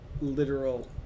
literal